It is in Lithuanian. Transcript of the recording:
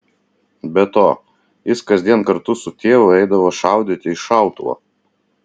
be to jis kasdien kartu su tėvu eidavo šaudyti iš šautuvo